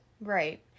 Right